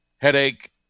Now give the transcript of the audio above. headache